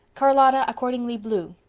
charlotta accordingly blew,